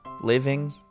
Living